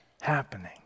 happening